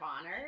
honor